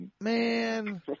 Man